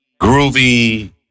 groovy